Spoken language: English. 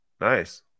nice